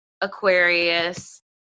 Aquarius